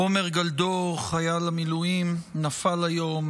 עמר גאלדור, חייל מילואים, נפל היום.